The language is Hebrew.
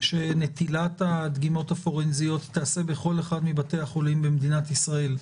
שנטילת הדגימות הפורנזיות תיעשה בכל אחד מבתי החולים במדינת ישראל,